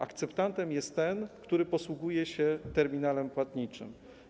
Akceptantem jest ten, kto posługuje się terminalem płatniczym.